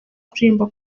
kuririmba